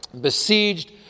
besieged